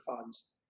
funds